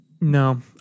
No